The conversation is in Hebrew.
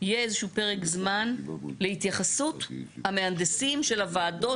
יהיה איזשהו פרק זמן להתייחסות המהנדסים של הוועדות